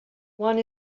one